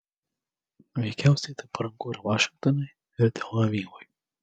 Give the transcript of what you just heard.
veikiausiai tai paranku ir vašingtonui ir tel avivui